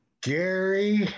Gary